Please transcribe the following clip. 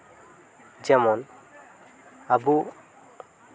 ᱡᱮᱢᱚᱱ ᱟᱵᱚ